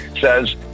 says